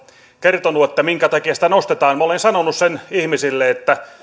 kertonut minkä takia sitä nostetaan minä olen sanonut sen ihmisille että